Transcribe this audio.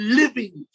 living